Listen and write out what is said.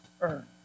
earn